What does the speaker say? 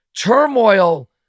turmoil